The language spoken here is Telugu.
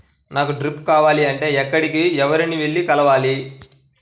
నాకు డ్రిప్లు కావాలి అంటే ఎక్కడికి, ఎవరిని వెళ్లి కలవాలి?